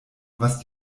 was